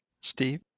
Steve